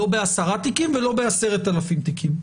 לא ב-10 תיקים ולא ב-10,000 תיקים.